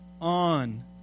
on